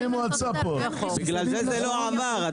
בגלל זה לא עבר.